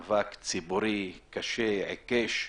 מאבק ציבורי קשה, עיקש,